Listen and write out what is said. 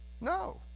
No